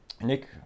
Nick